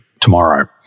tomorrow